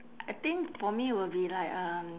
I think for me will be like um